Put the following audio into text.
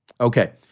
Okay